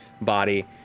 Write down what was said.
body